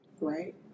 Right